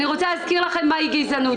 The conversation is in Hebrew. אני רוצה להזכיר לכם מהי גזענות,